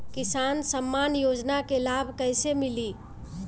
किसान सम्मान योजना के लाभ कैसे मिली?